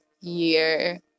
year